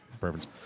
preference